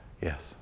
Yes